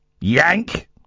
Yank